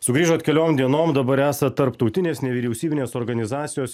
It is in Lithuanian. sugrįžot keliom dienom dabar esat tarptautinės nevyriausybinės organizacijos